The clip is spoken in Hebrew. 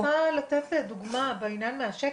אני רוצה לתת דוגמה מהשטח.